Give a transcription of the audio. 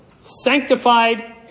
sanctified